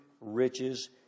riches